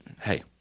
hey